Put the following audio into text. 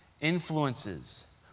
influences